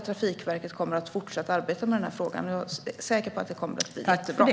Trafikverket kommer fortsätta att arbeta med den här frågan, och jag är säker på att det kommer att bli jättebra.